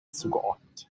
zugeordnet